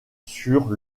sur